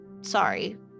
Sorry